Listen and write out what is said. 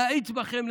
להאיץ בכם,